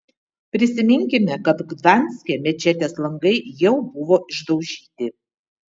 prisiminkime kad gdanske mečetės langai jau buvo išdaužyti